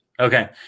Okay